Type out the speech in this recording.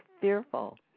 fearful